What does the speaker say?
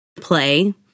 play